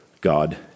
God